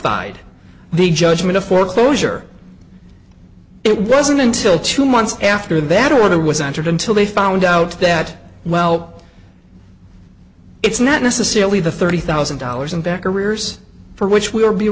fied the judgment of foreclosure it wasn't until two months after that order was entered until they found out that well it's not necessarily the thirty thousand dollars in back arrears for which w